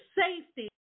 safety